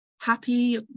happy